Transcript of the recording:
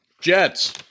Jets